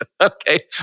Okay